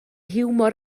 hiwmor